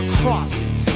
crosses